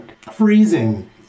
freezing